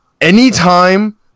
anytime